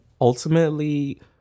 ultimately